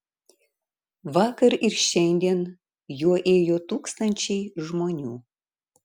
vakar ir šiandien juo ėjo tūkstančiai žmonių